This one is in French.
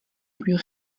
plus